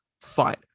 fine